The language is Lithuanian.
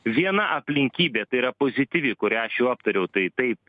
viena aplinkybė tai yra pozityvi kurią aš jau aptariau tai taip